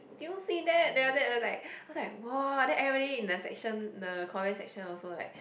do you see that then after that I was like !wah! then everybody in the section the comment section also like